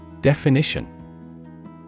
Definition